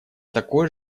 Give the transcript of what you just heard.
такой